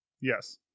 Yes